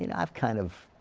and i've kind of